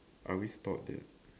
I always thought that